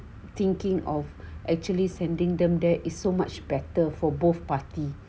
thinking of actually sending them there is so much better for both parties